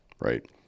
right